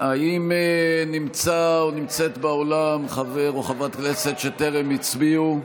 האם נמצא או נמצאת באולם חבר או חברת כנסת שטרם הצביעו?